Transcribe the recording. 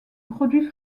produit